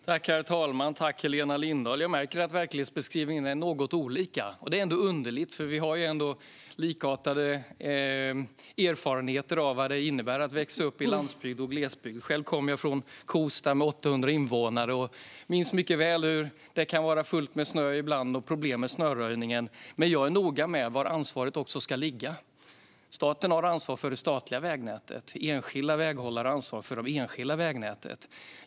Herr talman! Jag märker att verklighetsbeskrivningarna är något olika, Helena Lindahl. Det är ändå underligt, för vi har likartade erfarenheter av vad det innebär att växa upp på landsbygd och i glesbygd. Själv kommer jag från Kosta med 800 invånare och minns mycket väl hur det ibland kunde vara fullt med snö och problem med snöröjningen. Men jag är noga med var ansvaret ska ligga. Staten har ansvar för det statliga vägnätet. Enskilda väghållare har ansvar för det enskilda vägnätet.